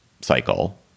cycle